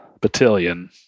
battalion